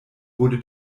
wurde